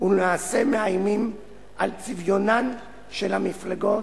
ולמעשה מאיימים על צביונן של המפלגות,